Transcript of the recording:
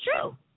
true